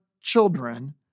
children